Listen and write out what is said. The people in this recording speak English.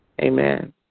Amen